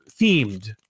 themed